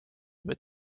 with